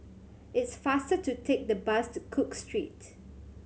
it's faster to take the bus to Cook Street